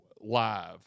live